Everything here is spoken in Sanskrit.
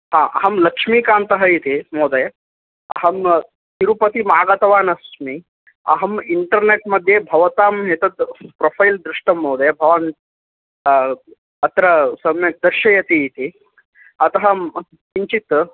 आ अहं लक्ष्मीकान्तः इति महोदय अहं तिरुपतिमागतवानस्मि अहम् इण्टर्नेट् मध्ये भवताम् एतत् प्रोफैल् दृष्टं महोदय भवान् अत्र सम्यक् दर्शयति इति अतः अहम् किञ्चित्